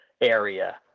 area